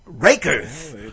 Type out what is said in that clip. Rakers